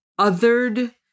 othered